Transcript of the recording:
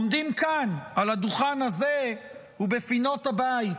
עומדים כאן על הדוכן הזה ובפינות הבית